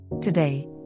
Today